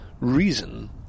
reason